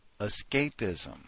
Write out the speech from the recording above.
escapism